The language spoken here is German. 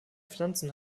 pflanzen